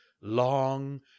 Long